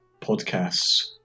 podcasts